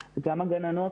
הגננות.